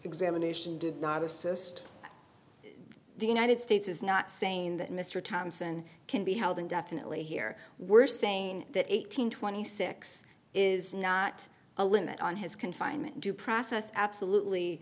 examination did not assist the united states is not saying that mr thompson can be held indefinitely here we're saying that eight hundred twenty six is not a limit on his confinement due process absolutely